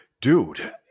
Dude